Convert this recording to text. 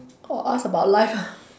oh ask about life ah